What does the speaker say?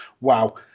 wow